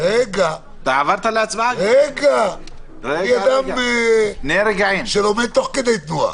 רגע, אני אדם שלומד תוך כדי תנועה.